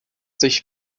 sich